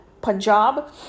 Punjab